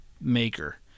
Maker